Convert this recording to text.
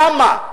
למה?